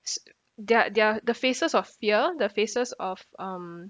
s~ their their the faces of fear the faces of um